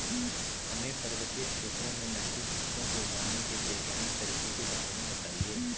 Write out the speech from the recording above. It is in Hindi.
हमें पर्वतीय क्षेत्रों में नगदी फसलों को उगाने के वैज्ञानिक तरीकों के बारे में बताइये?